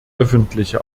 öffentliche